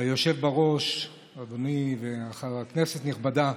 היושב בראש, אדוני, כנסת נכבדה,